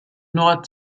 nord